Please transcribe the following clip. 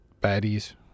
baddies